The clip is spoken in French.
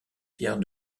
pierre